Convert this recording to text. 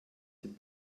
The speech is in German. dem